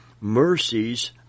mercies